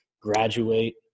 graduate